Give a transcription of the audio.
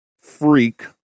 freak